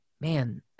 man